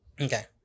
okay